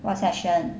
what session